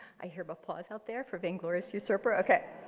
i hear but applause out there for being glorious usurper, ok